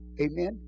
Amen